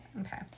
Okay